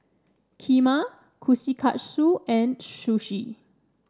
Kheema Kushikatsu and Sushi